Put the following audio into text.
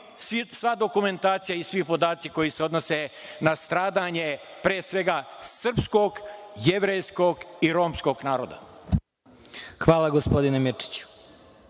sva dokumentacija i svi podaci koji se odnose na stradanje, pre svega, srpskog, jevrejskog i romskog naroda. **Vladimir